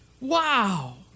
Wow